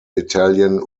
italian